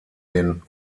den